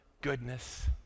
goodness